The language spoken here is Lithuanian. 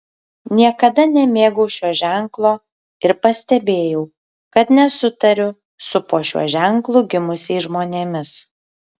niekada nemėgau šio ženklo ir pastebėjau kad nesutariu su po šiuo ženklu gimusiais žmonėmis